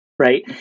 Right